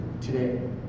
today